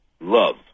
Love